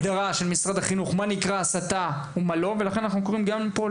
הפרקליטות על הגדרה של הסתה ולכן אנחנו קוראים גם פה,